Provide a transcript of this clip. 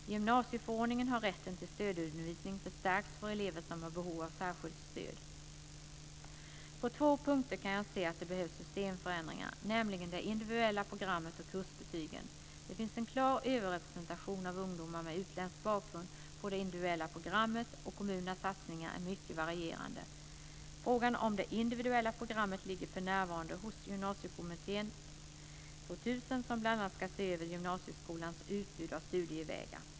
I gymnasieförordningen har rätten till stödundervisning förstärkts för elever som har behov av särskilt stöd. På två punkter kan jag se att det behövs systemförändringar, nämligen det individuella programmet och kursbetygen. Det finns en klar överrepresentation av ungdomar med utländsk bakgrund på det individuella programmet, och kommunernas satsningar är mycket varierande. Frågan om det individuella programmet ligger för närvarande hos Gymnasiekommittén 2000, som bl.a. ska se över gymnasieskolans utbud av studievägar.